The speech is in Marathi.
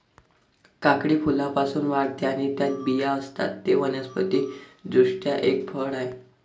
काकडी फुलांपासून वाढते आणि त्यात बिया असतात, ते वनस्पति दृष्ट्या एक फळ आहे